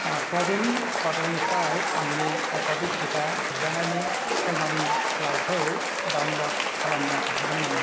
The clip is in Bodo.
क' विन प'र्टेलनिफ्राय आंनि क'विड टिका थुजानायनि फोरमानलाइखौ डाउनल'ड खालामनो हागोन नामा